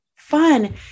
fun